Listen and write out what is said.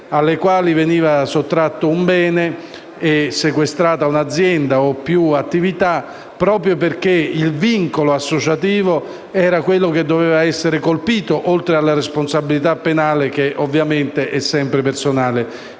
alle quali veniva sottratto un bene e sequestrata un'azienda o più attività, proprio perché il vincolo associativo doveva essere colpito, oltre alla responsabilità penale che, ovviamente, è sempre personale.